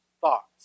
thoughts